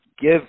Give